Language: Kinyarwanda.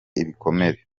ibikomere